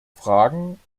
fragen